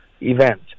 event